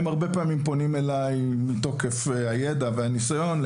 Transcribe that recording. הם פונים אליי הרבה פעמים מתוקף הידע והניסיון,